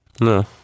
No